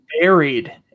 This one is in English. buried